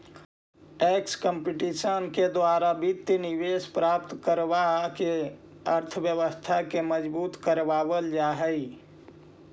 tax competition के द्वारा वित्तीय निवेश प्राप्त करवा के अर्थव्यवस्था के मजबूत करवा वल जा हई